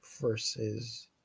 versus